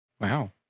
Wow